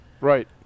right